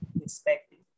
expected